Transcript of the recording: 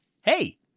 Hey